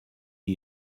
the